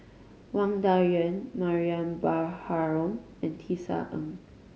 Wang Dayuan Mariam Baharom and Tisa Ng